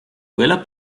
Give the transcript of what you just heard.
quella